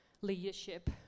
Leadership